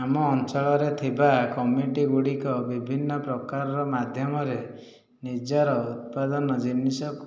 ଆମ ଅଞ୍ଚଳରେ ଥିବା କମିଟିଗୁଡ଼ିକ ବିଭିନ୍ନ ପ୍ରକାରର ମାଧ୍ୟମରେ ନିଜର ଉତ୍ପାଦନ ଜିନିଷକୁ